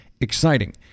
exciting